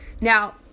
Now